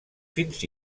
fins